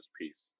piece